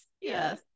Yes